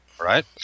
right